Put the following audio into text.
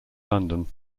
london